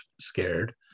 scared